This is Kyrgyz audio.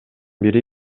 бири